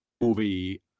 movie